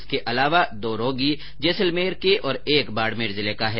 इनके अलावा दो रोगी जैसलमेर के और एक बाड़मेर जिले का है